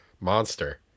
monster